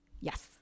yes